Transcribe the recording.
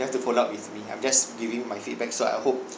don't have to follow up with me I'm just giving my feedback so I hope